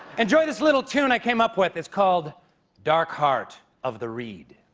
enjoy this little tune i came up with. it's called dark heart of the reed.